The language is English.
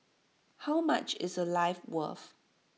how much is A life worth